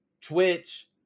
twitch